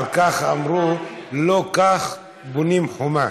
על כך אמרו: לא כך בונים חומה.